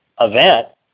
event